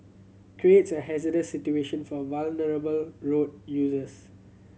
creates a hazardous situation for vulnerable road users